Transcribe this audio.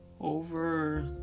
Over